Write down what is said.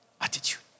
attitude